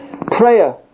Prayer